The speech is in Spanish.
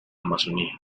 amazonia